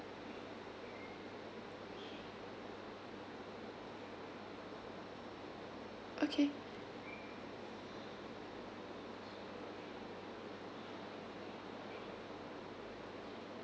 okay